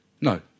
No